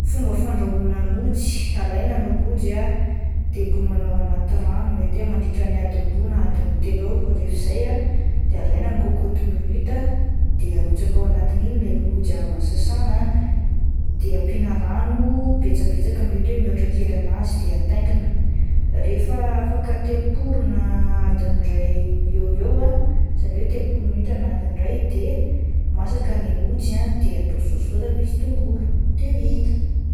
Fomba fandrahoana lojy, alaina ny lojy de lomana anaty rano mety hoe mandritra ny adin'ny roa na telo eo, rehefa izay ah de alaina ny cocote minute de arotsaka aoa anatin'iny ilay lojy avy nosasana de ampiana rano betsabetsaka mety hoe mihoatra kely anazy de ataingina, rehefa afaka telopolo na adin'ny iray eo eo ah izany hoe telopolo minitra na adin-dray de masaka ilay lojy ah de atao sôsy voatabia sy tongolo dia vita.